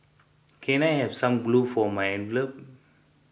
can I have some glue for my envelopes